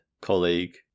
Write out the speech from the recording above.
colleague